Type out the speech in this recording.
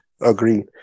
agree